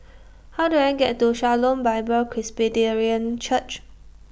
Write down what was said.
How Do I get to Shalom Bible Presbyterian Church